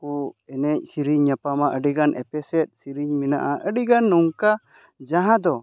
ᱮᱱᱮᱡ ᱥᱮᱨᱮᱧ ᱧᱟᱯᱟᱢᱟ ᱟᱹᱰᱤ ᱜᱟᱱ ᱮᱯᱮᱥᱮᱫ ᱥᱮᱨᱮᱧ ᱢᱮᱱᱟᱜᱼᱟ ᱟᱹᱰᱤ ᱜᱟᱱ ᱱᱚᱝᱠᱟ ᱡᱟᱦᱟᱸ ᱫᱚ